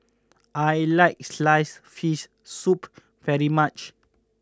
I like Sliced Fish Soup very much